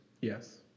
Yes